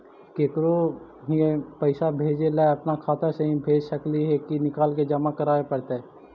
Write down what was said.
केकरो ही पैसा भेजे ल अपने खाता से ही भेज सकली हे की निकाल के जमा कराए पड़तइ?